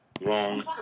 Wrong